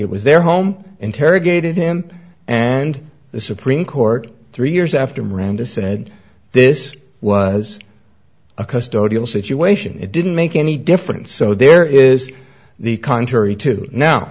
it was their home interrogated him and the supreme court three years after miranda said this was a custom situation it didn't make any difference so there is the contrary to now